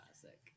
classic